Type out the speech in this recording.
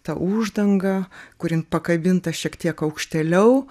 tą uždangą kur jin pakabinta šiek tiek aukštėliau